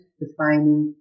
defining